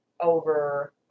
over